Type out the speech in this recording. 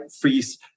freeze